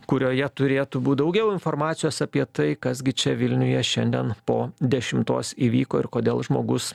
kurioje turėtų būt daugiau informacijos apie tai kas gi čia vilniuje šiandien po dešimtos įvyko ir kodėl žmogus